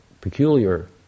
peculiar